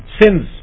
sins